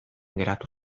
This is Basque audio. geratu